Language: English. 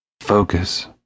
Focus